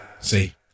See